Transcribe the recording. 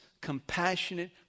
compassionate